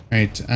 Right